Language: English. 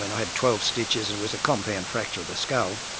i had twelve stitches it was a compound fracture of the skull.